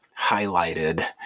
highlighted